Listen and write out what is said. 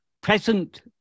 present